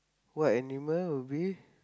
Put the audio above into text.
what animal will be